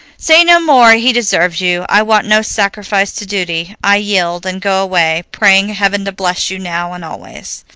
say no more, he deserves you i want no sacrifice to duty i yield, and go away, praying heaven to bless you now and always.